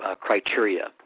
criteria